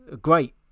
great